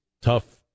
tough